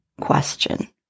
question